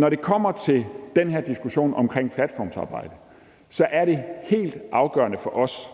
Når det kommer til den her diskussion om platformsarbejde, er det, når vi kan se,